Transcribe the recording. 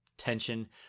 tension